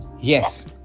yes